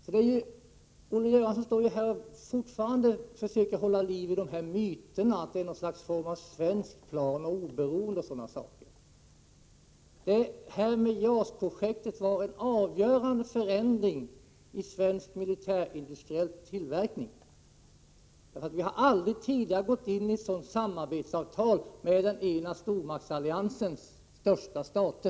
Olle Göransson försöker fortfarande hålla liv i myterna att det är fråga om ett svenskt plan och att vi skulle vara oberoende osv. JAS-projektet innebar en avgörande förändring i svensk militärindustriell tillverkning. Vi har aldrig tidigare ingått ett sådant här samarbetsavtal med den ena stormaktsalliansens största stat.